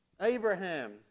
Abraham